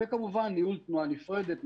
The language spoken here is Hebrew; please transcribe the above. וכמובן ניהול תנועה נפרדת,